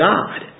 God